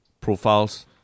profiles